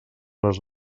les